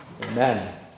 Amen